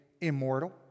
immortal